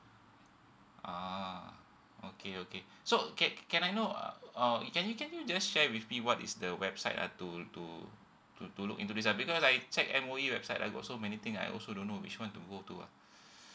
ah okay okay so okay can I know uh uh can you can you just share with me what is the website uh to to to to look into this uh because I check M_O_E website ah got so many thing I also don't know which one to go to ah